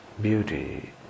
beauty